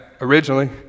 originally